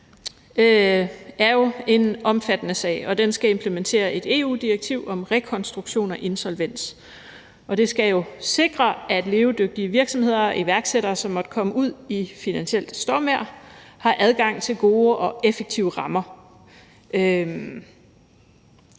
jo en omfattende sag, og den skal implementere et EU-direktiv om rekonstruktion og insolvens. Det skal sikre, at levedygtige virksomheder og iværksættere, som måtte komme ud i finansielt stormvejr, har adgang til gode og effektive rammer.